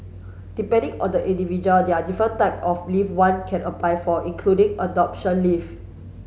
depending on the individual there are different type of leave one can apply for including adoption leave